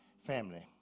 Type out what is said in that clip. family